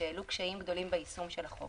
שהעלו בפנינו קשיים גדולים ביישום של החוק.